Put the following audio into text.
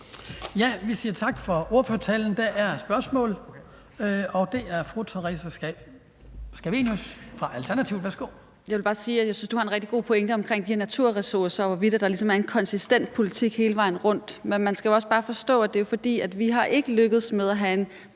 Vi siger tak for ordførertalen. Der er et spørgsmål, og det er fra fru Theresa Scavenius fra Alternativet. Værsgo. Kl. 15:25 Theresa Scavenius (ALT): Jeg vil bare sige, at jeg synes, at du har en rigtig god pointe om de her naturressourcer, altså hvorvidt der er en konsistent politik hele vejen rundt, men man skal også bare forstå, at det jo skyldes, at vi ikke er lykkedes med at have et